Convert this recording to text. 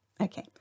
Okay